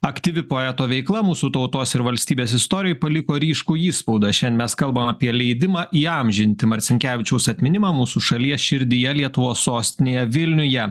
aktyvi poeto veikla mūsų tautos ir valstybės istorijoj paliko ryškų įspaudą šiandien mes kalbam apie leidimą įamžinti marcinkevičiaus atminimą mūsų šalies širdyje lietuvos sostinėje vilniuje